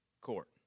court